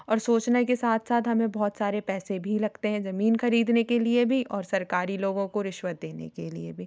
और सोचना के साथ साथ बहुत सारे पैसे भी लगते हैं जमीन खरीदने के लिए भी और सरकारी लोगों को रिश्वत देने के लिए भी